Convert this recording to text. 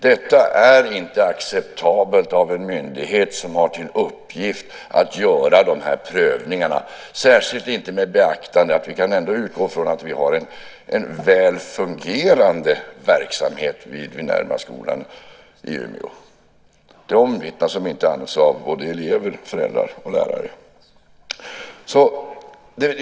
Detta är inte acceptabelt av en myndighet som har till uppgift att göra de här prövningarna, särskilt inte med beaktande av att vi ändå kan utgå från att vi har en väl fungerande verksamhet vid Minervaskolan i Umeå. Det omvittnas av elever, föräldrar och lärare.